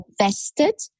invested